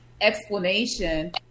explanation